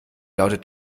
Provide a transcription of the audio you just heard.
lautet